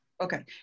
Okay